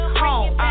home